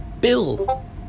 Bill